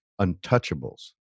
untouchables